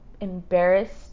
embarrassed